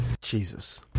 Jesus